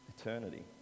Eternity